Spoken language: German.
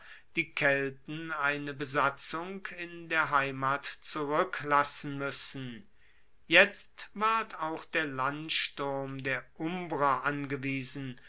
die kelten eine besatzung in der heimat zuruecklassen muessen jetzt ward auch der landsturm der umbrer angewiesen